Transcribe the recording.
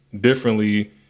differently